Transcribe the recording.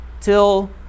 till